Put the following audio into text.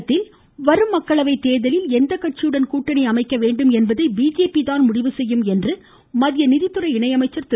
தமிழகத்தில் வரும் மக்களவை தேர்தலில் எந்த கட்சியுடன் கூட்டணி அமைக்க வேண்டும் என்பதை பிஜேபி தான் முடிவு செய்யும் என்று மத்திய நிதித்துறை இணையமைச்சர் திரு